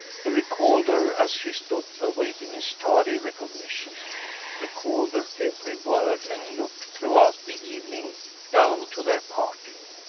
he recalled her as she stood awaiting his tardy recognition recalled her every word and look throughout the evening down to their parting,